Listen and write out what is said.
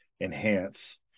enhance